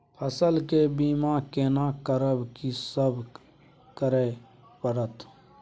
फसल के बीमा केना करब, की सब करय परत?